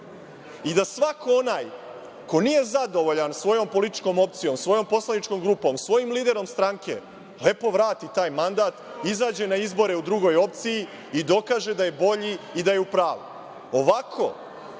I da svako onaj ko nije zadovoljan svojom političkom opcijom, svojom poslaničkom grupom, svojim liderom stranke, lepo vrati taj mandat, izađe na izbore u drugoj opciji i dokaže da je bolji i da je u pravu. Ovako,